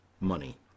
money